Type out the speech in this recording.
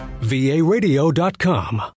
varadio.com